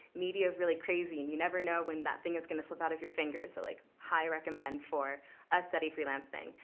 media is really crazy and you never know when that thing is going to slip out of your fingers. so like high recommend for a steady freelance thing.